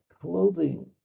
clothing